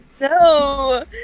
No